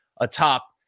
atop